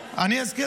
למי לא היה צריך?